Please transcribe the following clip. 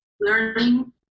learning